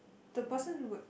the person would